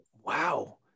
Wow